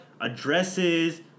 addresses